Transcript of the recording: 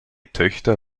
töchter